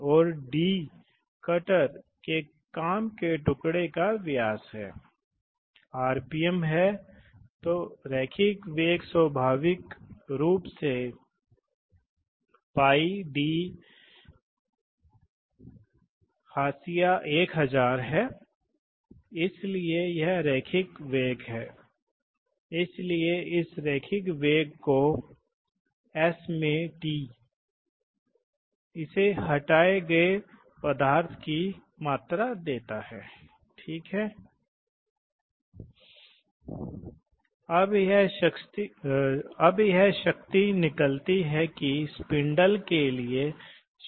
इसी तरह यदि आप समय की प्रतिक्रिया देखते हैं तो क्या होता है सिलेंडर चेंबर में पूरे वायु द्रव्यमान को स्थानांतरित करता है और सिलेंडर कक्ष की क्षमता और प्रवाह दर और वायु द्रव्यमान दर के आधार पर आप विभिन्न प्रकार के हो सकते हैं आप मुद्दों को जानें यदि आप वाल्व को अचानक खोलने के बाद दबाव को मापते हैं तो यदि आप समय के साथ दबाव भिन्नता को मापते हैं